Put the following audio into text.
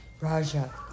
Raja